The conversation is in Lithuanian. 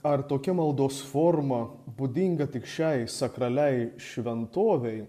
ar tokia maldos forma būdinga tik šiai sakraliai šventovei